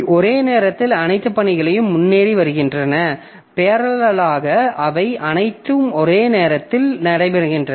ஒரே நேரத்தில் அனைத்து பணிகளும் முன்னேறி வருகின்றன பேரலல்லாக அவை அனைத்தும் ஒரே நேரத்தில் நடைபெறுகின்றன